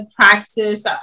practice